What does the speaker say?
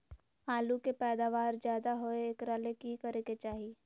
आलु के पैदावार ज्यादा होय एकरा ले की करे के चाही?